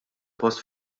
post